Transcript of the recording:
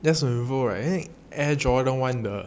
there's a revoke right air jordan one the